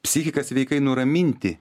psichiką sveikai nuraminti